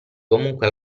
comunque